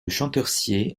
champtercier